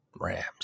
Rams